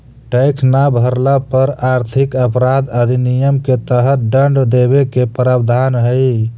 tax न भरला पर आर्थिक अपराध अधिनियम के तहत दंड देवे के प्रावधान हई